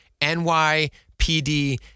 NYPD